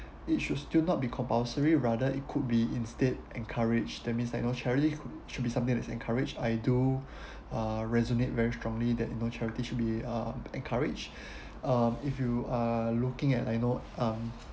it should still not be compulsory rather it could be instead encouraged that means like no charity should be something that is encouraged I do uh resonate very strongly that you know charity should be uh encouraged uh if you uh looking at I know um